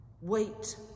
Wait